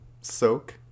Soak